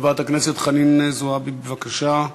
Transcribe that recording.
חברת הכנסת חנין זועבי, בבקשה.